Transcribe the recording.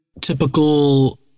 typical